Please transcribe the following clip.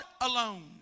alone